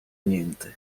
niente